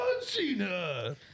Cena